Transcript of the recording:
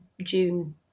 June